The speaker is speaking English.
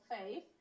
faith